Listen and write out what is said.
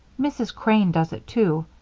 mrs. crane does it, too.